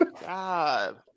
God